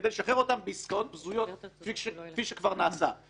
כדי לשחרר אותם בעסקאות הזויות כפי שכבר נעשה.